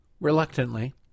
Reluctantly